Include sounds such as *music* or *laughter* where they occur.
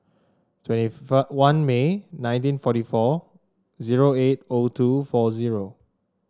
twenty *unintelligible* one May nineteen forty four zero eight O two four zero